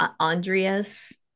Andreas